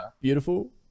beautiful